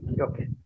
Okay